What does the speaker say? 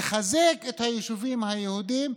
לחזק את היישובים היהודיים.